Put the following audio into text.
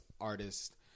artist